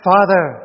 Father